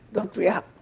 don't react.